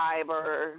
Fiber